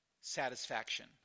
satisfaction